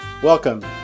Welcome